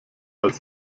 als